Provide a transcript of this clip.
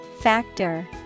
Factor